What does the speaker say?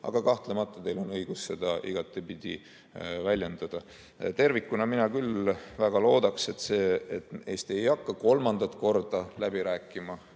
aga kahtlemata on teil õigus seda igatepidi väljendada. Tervikuna mina küll väga loodan, et Eesti ei hakka kolmandat korda läbi rääkima